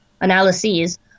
analyses